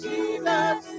Jesus